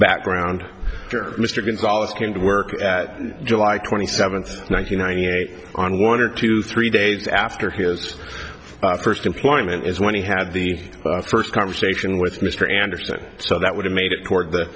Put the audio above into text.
background mr gonzales came to work at july twenty seventh thank you ninety eight on water two three days after his first employment is when he had the first conversation with mr anderson so that would have made it court th